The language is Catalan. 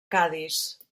cadis